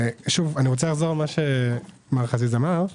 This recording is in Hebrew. אני רוצה לחזור למה שמר חזיז אמר.